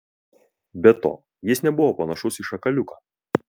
be to jis nebuvo panašus į šakaliuką